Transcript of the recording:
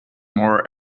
more